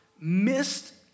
missed